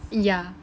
yeah